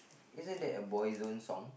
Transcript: isn't that a Boy Zone song